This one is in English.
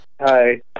Hi